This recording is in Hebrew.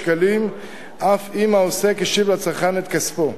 שקלים אף אם העוסק השיב לצרכן את כספו.